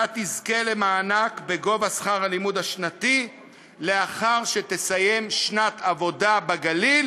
אתה תזכה למענק בגובה שכר הלימוד השנתי אחרי שתסיים שנת עבודה בגליל,